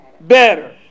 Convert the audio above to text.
better